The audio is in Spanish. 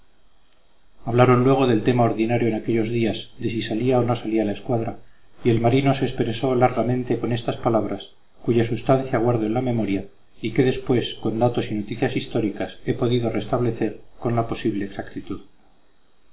hablaron luego del tema ordinario en aquellos días de si salía o no salía la escuadra y el marino se expresó largamente con estas palabras cuya substancia guardo en la memoria y que después con datos y noticias históricas he podido restablecer con la posible exactitud